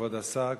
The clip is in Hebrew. כבוד השר,